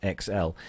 XL